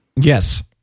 yes